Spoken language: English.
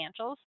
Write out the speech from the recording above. financials